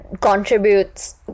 contributes